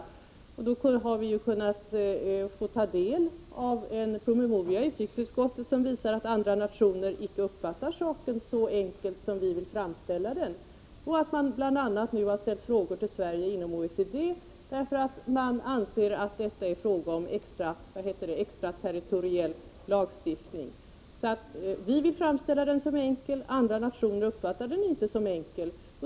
I utrikesutskottet har vi ju fått ta del av en promemoria som visar att andra nationer icke uppfattar saken som så enkel som vi vill framställa den och att man bl.a. inom OECD har ställt frågor till Sverige, eftersom man anser att det gäller extraterritoriell lagstiftning. Vi vill alltså framställa den här frågan som enkel, men andra nationer uppfattar den inte som enkel.